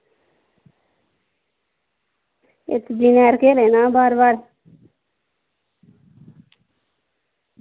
इस दुनिया उप्पर केह् लेई जाना बार बार